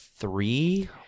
three